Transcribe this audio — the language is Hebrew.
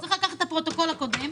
צריך לקחת את הפרוטוקול הקודם,